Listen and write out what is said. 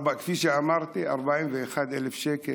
כפי שאמרתי, 41,000 שקל